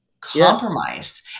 compromise